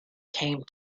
came